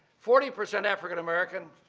forty percent african-american,